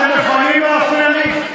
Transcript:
אתם מוכנים לא להפריע לי?